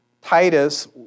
Titus